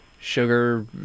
Sugar